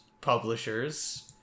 publishers